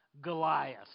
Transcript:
Goliath